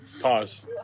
Pause